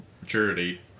maturity